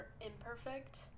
imperfect